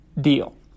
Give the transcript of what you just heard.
deal